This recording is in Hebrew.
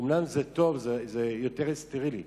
אומנם זה טוב, זה יותר סטרילי,